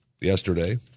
yesterday